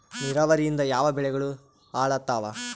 ನಿರಾವರಿಯಿಂದ ಯಾವ ಬೆಳೆಗಳು ಹಾಳಾತ್ತಾವ?